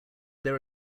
there